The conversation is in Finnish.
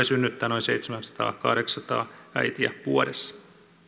synnyttää noin seitsemänsataa viiva kahdeksansataa äitiä vuodessa